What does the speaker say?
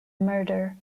murder